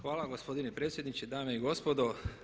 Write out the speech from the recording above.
Hvala gospodine predsjedniče, dame i gospodo.